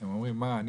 הם אומרים מה,